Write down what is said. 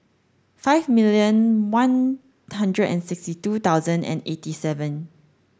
five million one hundred and sixty two thousand and eighty seven